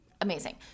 Amazing